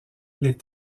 les